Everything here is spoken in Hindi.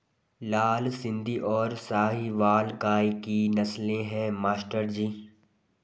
लाल सिंधी और साहिवाल गाय की नस्लें हैं मास्टर जी